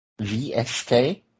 VSK